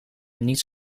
niets